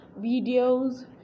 videos